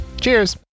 Cheers